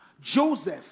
Joseph